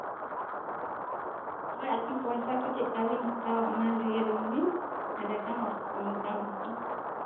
ᱦᱳᱭ ᱟᱨᱠᱤ ᱯᱚᱭᱥᱟ ᱠᱚ ᱪᱮᱫ ᱠᱟᱵᱤᱱ ᱦᱟᱛᱟᱣᱟ ᱚᱱᱟ ᱞᱟᱹᱭ ᱟᱹᱞᱤᱧ ᱵᱤᱱ ᱮᱱᱰᱮ ᱠᱷᱟᱱ ᱚᱱᱠᱟ ᱢᱚᱛᱚ